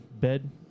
bed